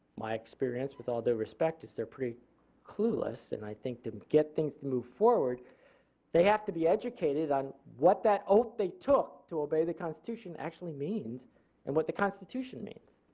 my experience with all due respect is they are pretty clueless and i think to get things to move forward they have to be educated on what that oath they took to obey the constitution actually means and what the constitution means.